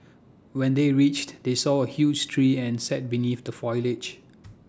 when they reached they saw A huge tree and sat beneath the foliage